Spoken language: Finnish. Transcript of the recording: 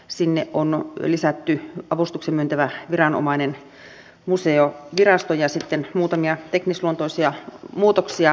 sinne on lisätty avustuksia myöntävä viranomainen museovirasto ja sitten muutamia teknisluontoisia muutoksia